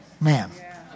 man